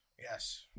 Yes